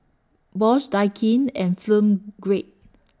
Bosch Daikin and Film Grade